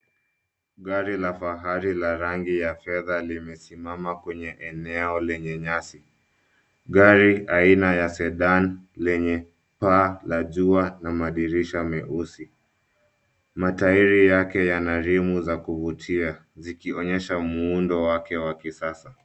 Gari la fahari la rangi ya fedha limesimama kwenye eneo lenye nyasi. Gari aina ya sedan lenye paa la jua na madirisha meusi. Matairi yake yana rimu za kuvutia zikionyesha muundo wake wa kisasa.